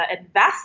invest